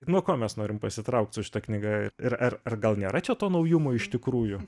nuo ko mes norim pasitraukt su šita knyga ir ar ar gal nėra čia to naujumo iš tikrųjų